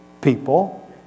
people